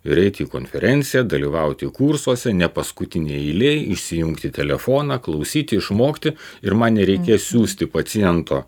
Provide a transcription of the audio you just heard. ir eiti į konferenciją dalyvauti kursuose ne paskutinėje eilėje įsijungti telefoną klausyti išmokti ir man nereikės siųsti paciento